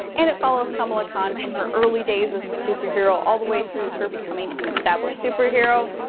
and it follows kamala khan from her early days as a superhero all the way through her becoming an established superhero.